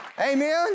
Amen